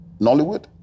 Nollywood